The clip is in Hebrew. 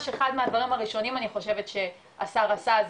אחד מהדברים הראשונים אני חושבת שהשר עשה,